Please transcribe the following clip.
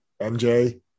MJ